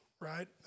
right